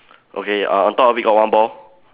okay uh on top of it got one ball